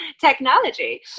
Technology